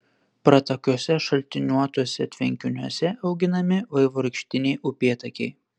pratakiuose šaltiniuotuose tvenkiniuose auginami vaivorykštiniai upėtakiai